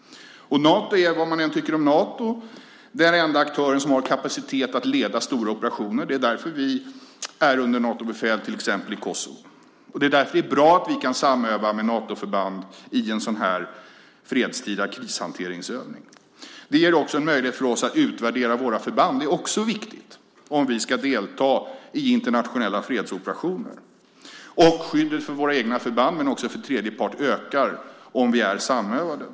Nato är, vad man än tycker om Nato, den enda aktör som har kapacitet att leda stora operationer. Det är därför vi är under Natobefäl till exempel i Kosovo. Det är därför bra att vi kan samöva med Natoförband i en fredstida krishanteringsövning. Det ger också en möjlighet för oss att utvärdera våra förband. Det är också viktigt om vi ska delta i internationella fredsoperationer, och skyddet för våra egna förband men också för tredje part ökar om vi är samövade.